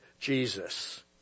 Jesus